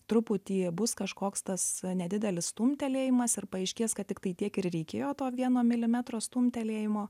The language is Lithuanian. truputį bus kažkoks tas nedidelis stumtelėjimas ir paaiškės kad tiktai tiek ir reikėjo to vieno milimetro stumtelėjimo